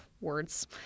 words